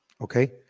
Okay